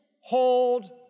hold